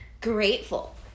grateful